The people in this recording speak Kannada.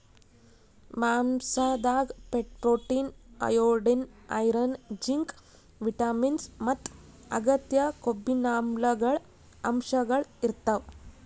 ಮಾಂಸಾದಾಗ್ protein, iodine, iron, zinc, vitamins ಮತ್ತ್ ಅಗತ್ಯ ಕೊಬ್ಬಿನಾಮ್ಲಗಳ್ ಅಂಶಗಳ್ ಇರ್ತವ್